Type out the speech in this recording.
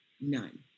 None